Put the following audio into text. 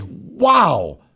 wow